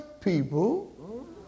people